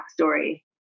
backstory